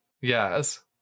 Yes